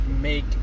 make